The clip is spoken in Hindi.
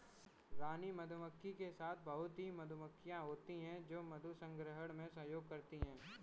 रानी मधुमक्खी के साथ बहुत ही मधुमक्खियां होती हैं जो मधु संग्रहण में सहयोग करती हैं